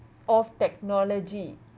of technology